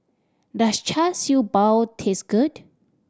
does Char Siew Bao taste good